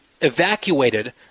evacuated